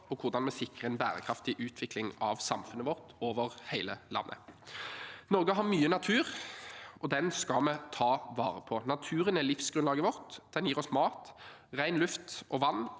og hvordan vi sikrer en bærekraftig utvikling av samfunnet vårt – over hele landet. Norge har mye natur. Den skal vi ta vare på. Naturen er livsgrunnlaget vårt. Den gir oss mat, ren luft og vann.